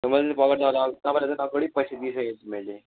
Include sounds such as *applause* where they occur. *unintelligible* तपाईँलाई झन अगाडि पैसा दिइसकेको छु मैले